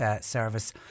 service